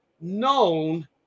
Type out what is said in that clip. known